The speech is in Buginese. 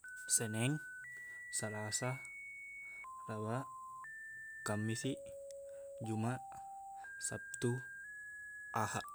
Seneng salasa rabaq kammisiq jumaq sattu ahaq